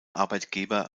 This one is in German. arbeitgeber